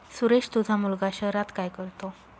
सुरेश तुझा मुलगा शहरात काय करतो